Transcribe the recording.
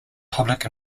public